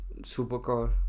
supercar